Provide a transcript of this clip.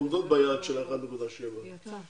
הן עומדות ביעד שקבעה הממשלה.